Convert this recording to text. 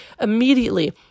immediately